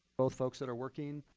both folks that are working.